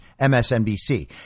MSNBC